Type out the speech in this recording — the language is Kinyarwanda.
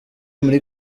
muri